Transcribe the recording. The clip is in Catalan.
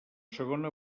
segona